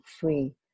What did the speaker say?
free